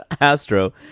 Astro